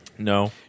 No